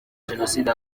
jenoside